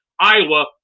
Iowa